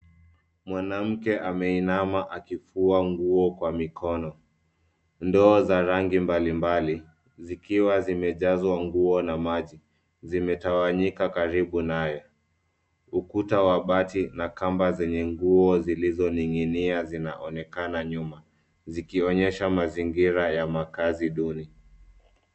Mwanamke ameinama akifua nguo kwa mikono. Ndoo za rangi mbalimbali zikiwa zimejazwa nguo na maji, zimetawanyika karibu naye. Ukuta wa bati na kamba zenye nguo zilizoning'inia zinaonekana nyuma zikionyesha mazingira ya makaazi duni.